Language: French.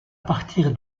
partir